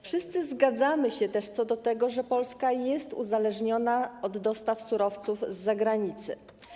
Wszyscy zgadzamy się też co do tego, że Polska jest uzależniona od dostaw surowców zza granicy.